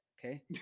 Okay